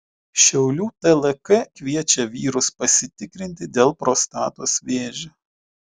šiaulių tlk kviečia vyrus pasitikrinti dėl prostatos vėžio